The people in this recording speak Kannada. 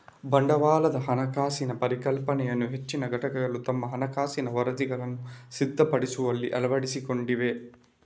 ಬಂಡವಾಳದ ಹಣಕಾಸಿನ ಪರಿಕಲ್ಪನೆಯನ್ನು ಹೆಚ್ಚಿನ ಘಟಕಗಳು ತಮ್ಮ ಹಣಕಾಸಿನ ವರದಿಗಳನ್ನು ಸಿದ್ಧಪಡಿಸುವಲ್ಲಿ ಅಳವಡಿಸಿಕೊಂಡಿವೆ